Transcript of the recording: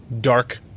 Dark